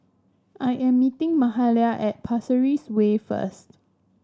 I am meeting Mahalia at Pasir Ris Way first